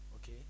Okay